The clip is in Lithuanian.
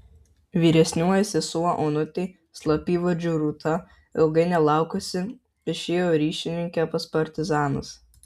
vyresnioji sesuo onutė slapyvardžiu rūta ilgai nelaukusi išėjo ryšininke pas partizanus